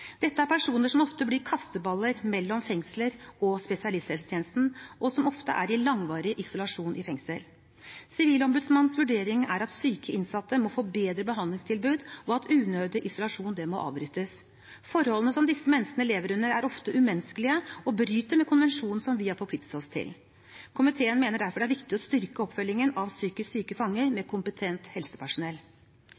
Dette er personer som ofte blir kasteballer mellom fengslet og spesialisthelsetjenesten, og som ofte er i langvarig isolasjon i fengsel. Sivilombudsmannens vurdering er at syke innsatte må få bedre behandlingstilbud, og at unødig isolasjon må avbrytes. Forholdene som disse menneskene lever under, er ofte umenneskelige og bryter med konvensjoner som vi har forpliktet oss til. Komiteen mener derfor det er viktig å styrke oppfølgingen av psykisk syke fanger med